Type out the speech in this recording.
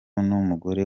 n’umugore